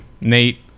Nate